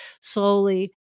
slowly